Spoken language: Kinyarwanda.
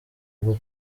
bwo